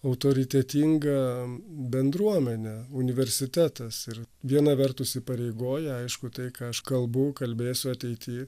autoritetinga bendruomenė universitetas ir viena vertus įpareigoja aišku tai ką aš kalbu kalbėsiu ateityje